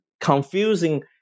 confusing